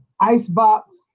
Icebox